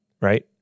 Right